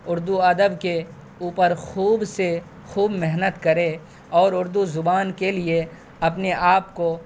اردو ادب کے اوپر خوب سے خوب محنت کریں اور اردو زبان کے لیے اپنے آپ کو